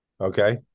okay